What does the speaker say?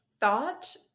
thought